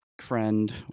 Friend